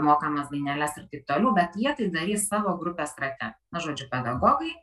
mokamas daineles ir taip toliau bet jie tai darys savo grupės rate na žodžiu pedagogai